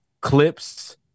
clips